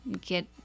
get